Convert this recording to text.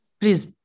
please